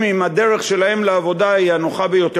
אם הדרך שלהם לעבודה היא הנוחה ביותר.